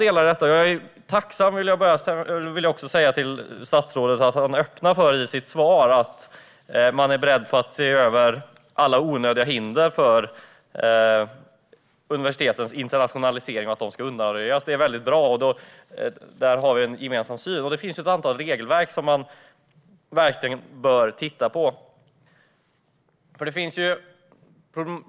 Jag är tacksam för att statsrådet i sitt svar öppnar för att vara beredd att se över alla onödiga hinder för universitetens internationalisering, så att dessa hinder kan undanröjas. Det är bra. Där är vi överens. Det finns flera delar i detta. Det finns ett antal regelverk som verkligen bör ses över.